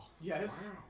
Yes